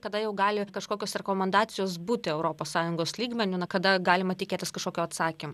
tada jau gali ir kažkokios rekomendacijos būti europos sąjungos lygmeniu na kada galima tikėtis kažkokio atsakymo